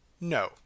No